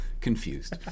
confused